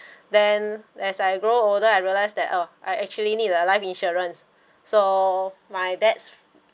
then as I grow older I realise that oh I actually need a life insurance so my dad's